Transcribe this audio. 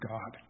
God